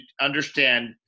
understand